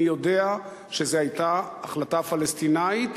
אני יודע שזו היתה החלטה פלסטינית,